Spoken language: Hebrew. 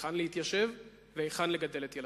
היכן להתיישב והיכן לגדל את ילדיו.